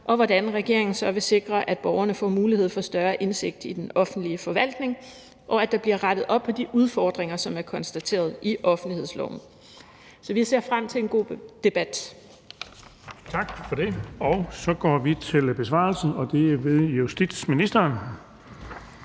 og hvordan regeringen så vil sikre, at borgerne får mulighed for større indsigt i den offentlige forvaltning, og at der bliver rettet op på de udfordringer, som er konstateret i offentlighedsloven. Så vi ser frem til en god debat. Kl. 10:32 Den fg. formand (Erling Bonnesen): Tak for det. Så går vi til besvarelsen, og det er ved justitsministeren.